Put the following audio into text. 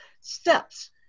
steps